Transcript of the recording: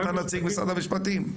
אתה נציג משרד המשפטים.